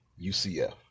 UCF